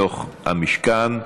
בתוך המשכן,